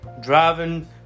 Driving